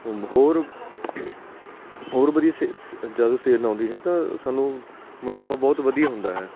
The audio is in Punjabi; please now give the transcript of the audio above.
ਹੋਰ ਹੋਰ ਵਧੀਆ ਸੇ ਸੇ ਜ਼ਿਆਦਾ ਸੇਲ ਆਉਂਦੀ ਹੈ ਤਾਂ ਸਾਨੂੰ ਮੁਨਾਫ਼ਾ ਬਹੁਤ ਵਧੀਆ ਹੁੰਦਾ ਹੈ